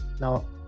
Now